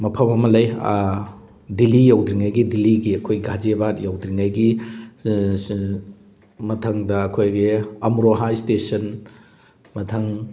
ꯃꯐꯝ ꯑꯃ ꯂꯩ ꯗꯤꯜꯂꯤ ꯌꯧꯗ꯭ꯔꯤꯉꯩꯒꯤ ꯗꯤꯜꯂꯤꯒꯤ ꯑꯩꯈꯣꯏ ꯘꯥꯖꯤꯌꯥꯕꯥꯗ ꯌꯧꯗ꯭ꯔꯤꯉꯩꯒꯤ ꯃꯊꯪꯗ ꯑꯩꯈꯣꯏꯒꯤ ꯑꯃꯨꯔꯣ ꯍꯥꯏ ꯏꯁꯇꯦꯁꯟ ꯃꯊꯪ